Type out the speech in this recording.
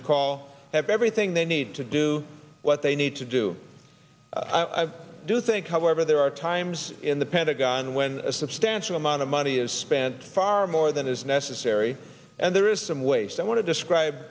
the call have everything they need to do what they need to do i do think however there are times in the pentagon when a substantial amount of money is spent far more than is necessary and there is some waste i want to describe